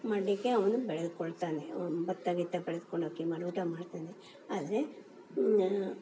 ಮಾಡಲಿಕ್ಕೆ ಅವನು ಬೆಳೆದುಕೊಳ್ತಾನೆ ಅವ್ನು ಭತ್ತ ಗಿತ್ತ ಬೆಳೆದ್ಕೊಂಡು ಅಕ್ಕಿ ಮಾಡಿ ಊಟ ಮಾಡ್ತಾನೆ ಆದರೆ